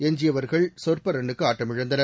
ஏஞ்சியவர்கள் சொற்ப ரன்னுக்கு ஆட்டமிழந்தனர்